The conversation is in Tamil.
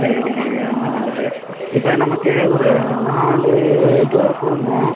சரிங்கய்யா ரொம்ப நல்லது இப்போ நமக்கு ஒரு நாலு டோர் போடணும்